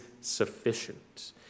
sufficient